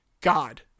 God